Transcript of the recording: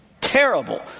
terrible